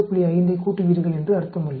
5 யைக் கூட்டுவீர்கள் என்று அர்த்தமல்ல